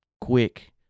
quick